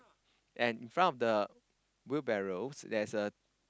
and in front of the wheelbarrows there is a